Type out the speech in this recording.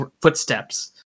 footsteps